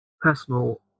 personal